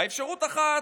אפשרות אחת,